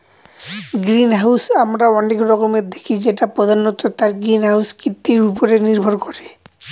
greenhouse আমরা অনেক রকমের দেখি যেটা প্রধানত তার গ্রিনহাউস কৃতির উপরে নির্ভর করে